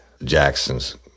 jackson's